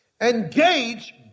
engage